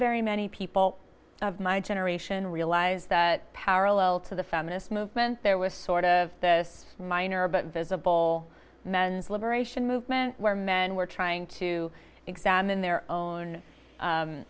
very many people of my generation realize that parallel to the feminist movement there was sort of this minor but visible men's liberation movement where men were trying to examine their own